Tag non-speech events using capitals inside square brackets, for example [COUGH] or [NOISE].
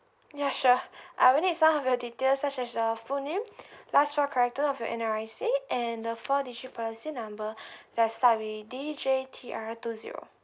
ya sure [BREATH] I will need some of your details such as your full name [BREATH] last four character of your N_R_I_C and the four digit policy number [BREATH] let's start with D J T R two zero